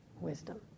wisdom